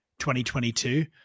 2022